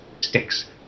sticks